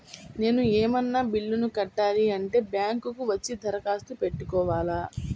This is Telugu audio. నేను ఏమన్నా బిల్లును కట్టాలి అంటే బ్యాంకు కు వచ్చి దరఖాస్తు పెట్టుకోవాలా?